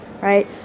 right